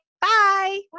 Bye